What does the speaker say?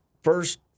first